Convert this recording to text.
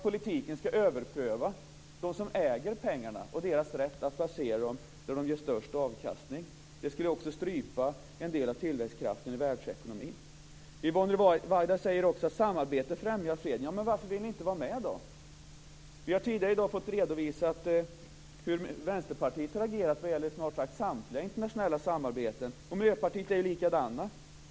Politiken skulle överpröva de som äger pengarna och deras rätt att placera dem där de ger störst avkastning. Det skulle också strypa en del av tillväxtkraften i världsekonomin. Yvonne Ruwaida säger också att samarbete främjar freden. Men varför vill ni då inte vara med? Vi har tidigare i dag fått redovisat hur Vänsterpartiet har agerat när det gäller snart sagt samtliga internationella samarbeten, och Miljöpartiet är likadant.